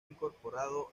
incorporado